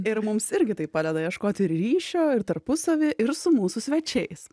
ir mums irgi tai padeda ieškoti ryšio ir tarpusavy ir su mūsų svečiais